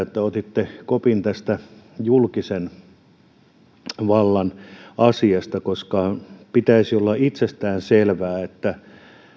että otitte kopin tästä julkisen vallan asiasta koska pitäisi olla itsestäänselvää että